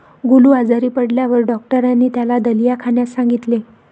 गोलू आजारी पडल्यावर डॉक्टरांनी त्याला दलिया खाण्यास सांगितले